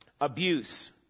abuse